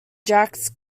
jacks